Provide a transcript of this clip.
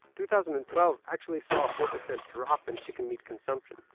two thousand and twelve actually saw a four percent drop in chicken meat consumption,